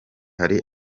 hari